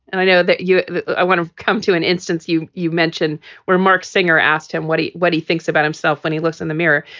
and i know that you ah want to come to an instance you you mentioned where mark singer asked him what he what he thinks about himself when he looks in the mirror.